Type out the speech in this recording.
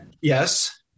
Yes